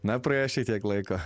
na praėjo šitiek laiko